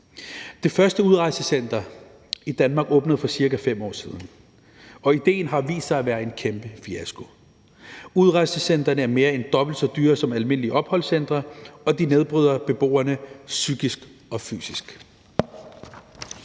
Det første udrejsecenter i Danmark åbnede for ca. 5 år siden, og idéen har vist sig at være en kæmpe fiasko. Udrejsecentrene er mere end dobbelt så dyre som almindelige opholdscentre, og de nedbryder beboerne psykisk og fysisk.